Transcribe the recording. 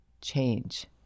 change